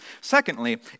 Secondly